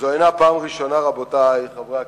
זו אינה הפעם הראשונה, רבותי חברי הכנסת,